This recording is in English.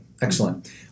Excellent